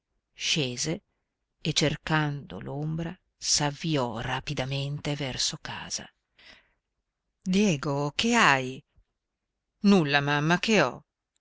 scese e cercando l'ombra s'avviò rapidamente verso casa diego che hai nulla mamma che ho